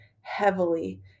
heavily